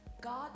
God